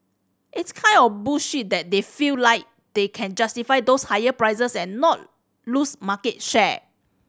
it's kind of bullish that they feel like they can justify those higher prices and not lose market share